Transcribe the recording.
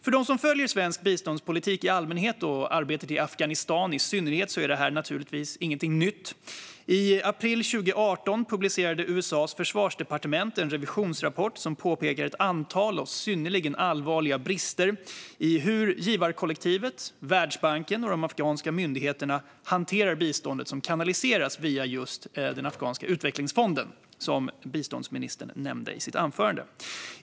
För dem som följer svensk biståndspolitik i allmänhet och arbetet i Afghanistan i synnerhet är detta naturligtvis inget nytt. I april 2018 publicerade USA:s försvarsdepartement en revisionsrapport som pekade på ett antal synnerligen allvarliga brister i hur givarkollektivet, Världsbanken och de afghanska myndigheterna hanterar det bistånd som kanaliseras via den afghanska utvecklingsfonden, som biståndsministern nämnde i sitt anförande.